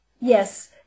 Yes